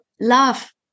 love